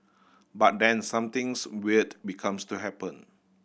but then somethings weird becomes to happen